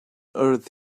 earth